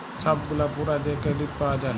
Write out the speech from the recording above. ছব গুলা পুরা যে কেরডিট পাউয়া যায়